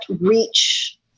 reach –